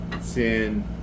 sin